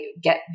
get